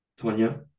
Tonya